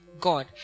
God